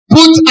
Put